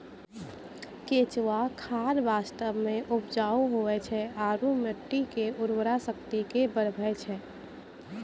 केंचुआ खाद वास्तव मे उपजाऊ हुवै छै आरू मट्टी के उर्वरा शक्ति के बढ़बै छै